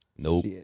Nope